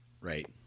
Right